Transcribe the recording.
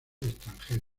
extranjero